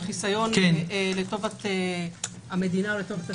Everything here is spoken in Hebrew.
חיסיון לטובת המדינה או לטובת הציבור.